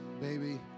baby